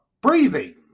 breathing